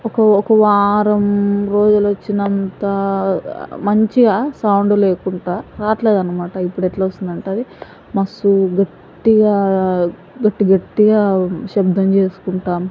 ఒక ఒక వారం రోజులు వచ్చినంత మంచిగా సౌండ్ లేకుంటా రావట్లేదు అన్నమాట ఇప్పుడెట్లా వస్తుందంటే అది మస్తు గట్టిగా గట్టి గట్టిగా శబ్ధం చేసుకుంటాను